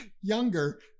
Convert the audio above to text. younger